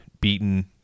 beaten